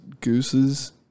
Gooses